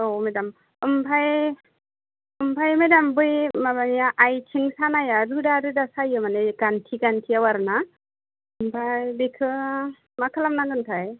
औ मेडाम ओमफाय ओमफाय मेडाम बै माबानिया आथिं सानाया रोदा रोदा सायो माने गान्थि गान्थियाव आरो ना ओमफाय बेखो मा खालामनांगोनथाय